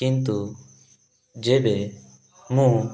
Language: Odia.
କିନ୍ତୁ ଯେବେ ମୁଁ